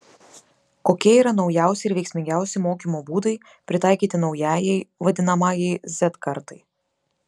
kokie yra naujausi ir veiksmingiausi mokymo būdai pritaikyti naujajai vadinamajai z kartai